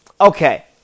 Okay